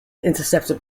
intercepted